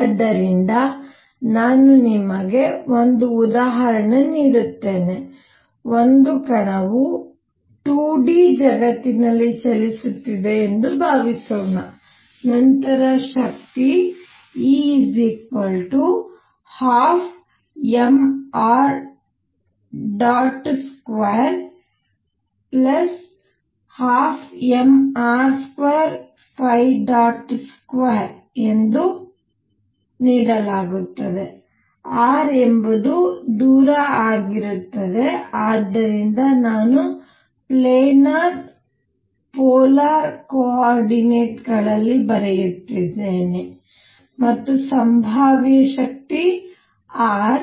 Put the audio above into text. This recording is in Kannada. ಆದ್ದರಿಂದ ನಾನು ನಿಮಗೆ ಒಂದು ಉದಾಹರಣೆ ನೀಡುತ್ತೇನೆ ಒಂದು ಕಣವು 2D ಜಗತ್ತಿನಲ್ಲಿ ಚಲಿಸುತ್ತಿದೆ ಎಂದು ಭಾವಿಸೋಣ ನಂತರ ಶಕ್ತಿ E 12mr212mr22 ಎಂದು ನೀಡಲಾಗುತ್ತದೆ r ಎಂಬುದು ದೂರ ಆಗಿರುತ್ತದೆ ಆದ್ದರಿಂದ ನಾನು ಪ್ಲೇನಾರ್ ಪೋಲಾರ್ ಕೋಆರ್ಡಿನೇಟ್ ಗಳಲ್ಲಿ ಬರೆಯುತ್ತಿದ್ದೇನೆ ಮತ್ತು ಸಂಭಾವ್ಯ ಶಕ್ತಿ r